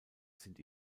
sind